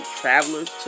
travelers